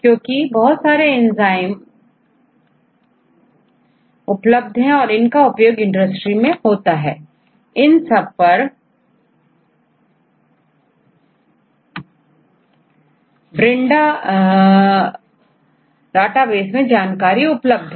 क्योंकि बहुत सारे एंजाइम उपलब्ध है और इनका उपयोग इंडस्ट्री में होता है इन सब का Brenda डेटाबेस में जानकारी उपलब्ध है